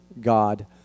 God